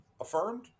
affirmed